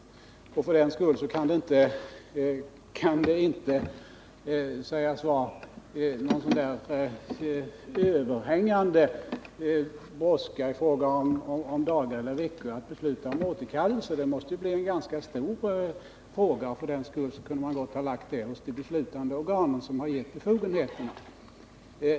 För den skull kan det inte sägas vara någon överhängande brådska i fråga om dagar eller veckor att besluta om återkallelse. Det måste bli en stor fråga, och därför kunde man gott ha givit de beslutande organen den befogenheten.